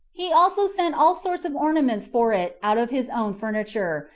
he also sent all sorts of ornaments for it out of his own furniture,